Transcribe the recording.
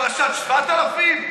פרשת 7000?